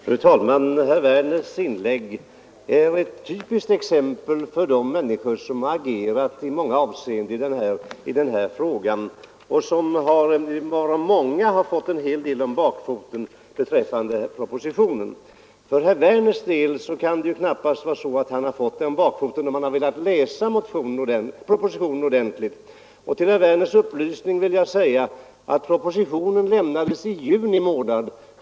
Fru talman! Herr Werners i Malmö inlägg är typiskt för de människor som agerat i många avseenden i denna fråga, varav många fått en hel del om bakfoten beträffande propositionen. Herr Werner kan ju knappast ha fått propositionen om bakfoten, om han har läst den ordentligt. Till herr Werners upplysning vill jag säga att propositionen lades fram i juni månad.